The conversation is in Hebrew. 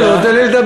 הוא לא נותן לי לדבר.